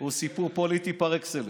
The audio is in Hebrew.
הוא סיפור פוליטי פר אקסלנס,